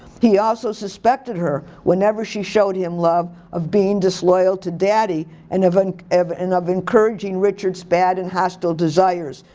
he also suspected her, whenever she showed him love, of being disloyal to daddy, and of and of and encouraging richard's bad and hostile desires.